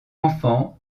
enfants